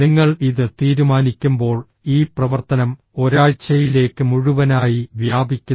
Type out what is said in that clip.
നിങ്ങൾ ഇത് തീരുമാനിക്കുമ്പോൾ ഈ പ്രവർത്തനം ഒരാഴ്ചയിലേക്ക് മുഴുവനായി വ്യാപിക്കുന്നു